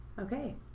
Okay